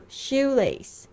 shoelace